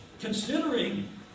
considering